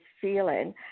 feeling